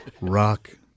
rock